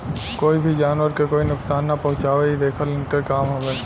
कोई भी जानवर के कोई नुकसान ना पहुँचावे इ देखल इनकर काम हवे